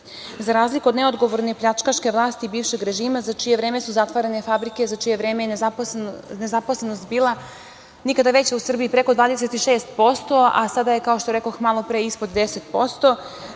za razliku od neodgovorne i pljačkaške vlasti bivšeg režima, za čije vreme su zatvarane fabrike, za čije vreme je nezaposlenost bila nikada veća u Srbiji, preko 26%, a sada je, kao što rekoh malopre, ispod 10%.